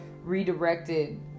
redirected